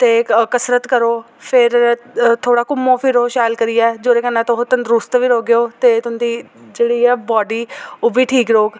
ते कसरत करो फिर थोह्ड़ा घूमो फिरो शैल करियै जोह्दे कन्नै तुस तंदरुस्त बी रौह्गे ओ ते तुं'दी जेह्ड़ी ऐ बॉडी ओह्बी ठीक रौह्ग